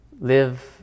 live